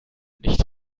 nicht